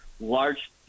large